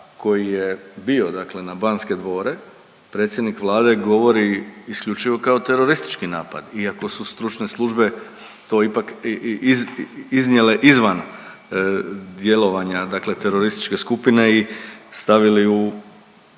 koji je bio dakle na Banske dvore predsjednik Vlade govori isključivo kao teroristički napad iako su stručne službe to ipak iznijele izvan djelovanja dakle terorističke skupine i stavili u